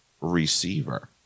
receiver